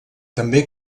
també